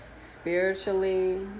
spiritually